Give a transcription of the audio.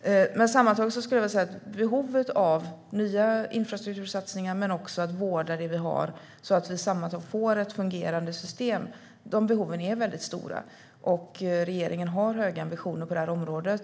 Sammantaget vill jag säga att behoven av att göra nya infrastruktursatsningar och att vårda den infrastruktur vi har, så att vi får ett fungerande system, är väldigt stora. Regeringen har höga ambitioner på det här området.